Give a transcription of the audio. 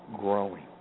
growing